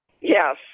Yes